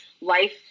life